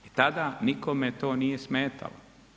I tada nikome to nije smetalo.